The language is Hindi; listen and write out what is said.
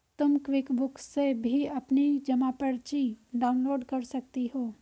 तुम क्विकबुक से भी अपनी जमा पर्ची डाउनलोड कर सकती हो